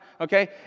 Okay